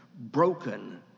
broken